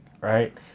right